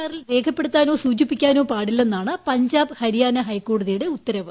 ആറിൽ രേഖപ്പെടുത്താനോ സൂചിപ്പിക്കാനോ പാടില്ലെന്നാണ് പഞ്ചാബ് ഹരിയാന ഹൈക്കോടതിയുടെ ഉത്തരവ്